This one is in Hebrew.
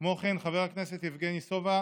כמו כן, חבר הכנסת יבגני סובה